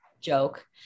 joke